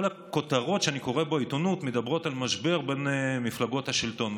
כל הכותרות שאני קורא בעיתונות מדברות על משבר בין מפלגות השלטון.